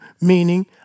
meaning